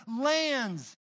lands